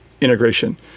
integration